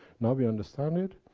now we understand it,